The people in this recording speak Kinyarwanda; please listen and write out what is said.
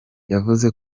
yavuze